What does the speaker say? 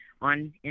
on